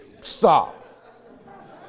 stop